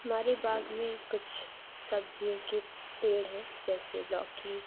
ہمارے باغ میں کچھ سبزیوں کی پیڑ ہیں جیسے لوکی